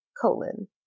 colon